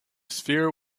sphere